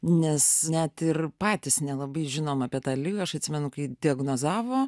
nes net ir patys nelabai žinom apie tą ligą aš atsimenu kai diagnozavo